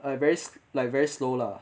ah very like very slow lah